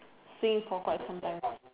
swing for quite some time